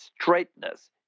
straightness